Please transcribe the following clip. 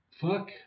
Fuck